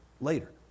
later